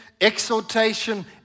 Exhortation